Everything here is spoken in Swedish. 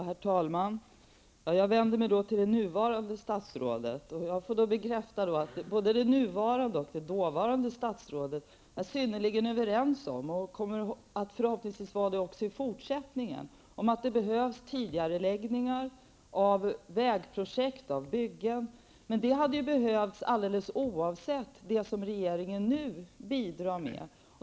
Herr talman! Jag vänder mig till det nuvarande statsrådet. Jag kan bekräfta att både det nuvarande och det dåvarande statsrådet är synnerligen överens och förhoppningsvis kommer att vara det också i fortsättningen, om att det behövs tidigareläggningar av vägprojekt och av byggen, men det hade behövts alldeles oavsett det som regeringen nu bidrar med.